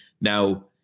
Now